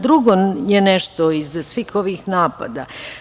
Drugo je nešto iza svih ovih napada.